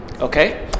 Okay